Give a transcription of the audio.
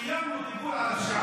סיימנו דיבור עכשיו,